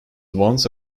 once